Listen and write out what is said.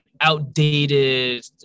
outdated